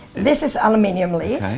this is aluminium leaf.